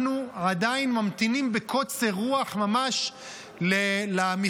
אנחנו עדיין ממתינים בקוצר רוח ממש למכרז,